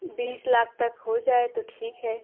बीस लाख तक हो जाए तो ठीक है